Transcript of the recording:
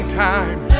time